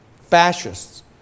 fascists